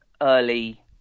early